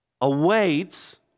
awaits